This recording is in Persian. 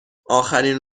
اخرین